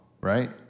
Right